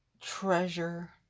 treasure